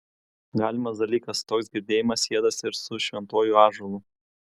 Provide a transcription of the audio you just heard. galimas dalykas toks girdėjimas sietas ir su šventuoju ąžuolu